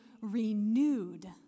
renewed